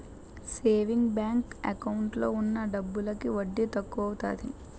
saving bank account లో ఉన్న డబ్బులకి వడ్డీ తక్కువత్తాది